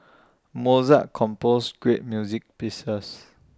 Mozart composed great music pieces